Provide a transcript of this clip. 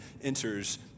enters